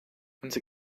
unser